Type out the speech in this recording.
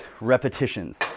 repetitions